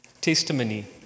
Testimony